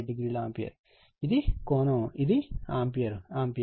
87o ampere మరియు ఇది కోణం ఇది ఆంపియర్ ఆంపియర్